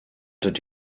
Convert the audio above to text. did